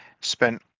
spent